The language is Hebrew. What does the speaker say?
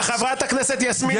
חברת הכנסת יסמין פרידמן,